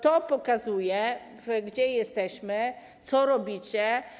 To pokazuje, gdzie jesteśmy, co robicie.